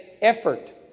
effort